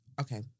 okay